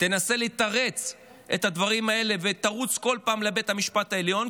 תנסה לתרץ את הדברים האלה ותרוץ כל פעם לבית המשפט העליון,